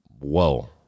Whoa